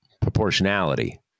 proportionality